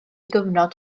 gyfnod